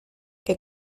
que